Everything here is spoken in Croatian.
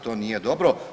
To nije dobro.